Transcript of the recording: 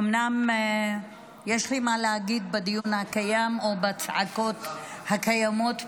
אומנם יש לי מה להגיד בדיון הקיים או בצעקות הקיימות באולם,